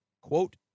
Quote